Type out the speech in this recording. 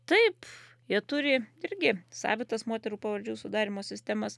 taip jie turi irgi savitas moterų pavardžių sudarymo sistemas